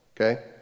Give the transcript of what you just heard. okay